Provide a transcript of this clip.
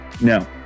No